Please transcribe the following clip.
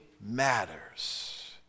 matters